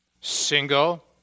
single